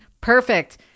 perfect